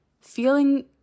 feeling